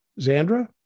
Zandra